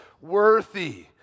worthy